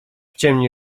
ciemni